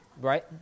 Right